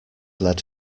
led